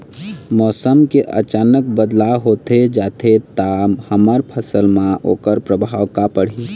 मौसम के अचानक बदलाव होथे जाथे ता हमर फसल मा ओकर परभाव का पढ़ी?